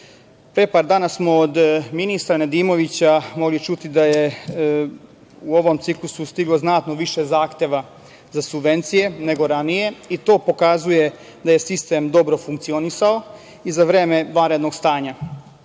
par dana smo od ministra Nedimovića mogli čuti da je u ovom ciklusu stiglo znatno više zahteva za subvencije nego ranije. I to pokazuje da je sistem dobro funkcionisao i za vreme vanrednog stanja.